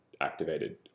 activated